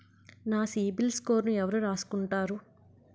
నా సిబిల్ స్కోరును ఎవరు రాసుకుంటారు